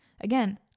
Again